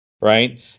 Right